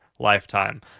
lifetime